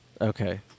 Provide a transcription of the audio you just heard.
Okay